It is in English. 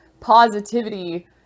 positivity